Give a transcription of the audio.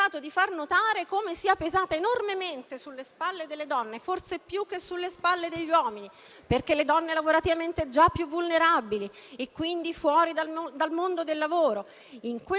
Questa volta è andata bene. Questa volta è successo qualcosa che non era mai successo prima e questo vile attacco ai diritti delle donne e alla stessa democrazia è stato sventato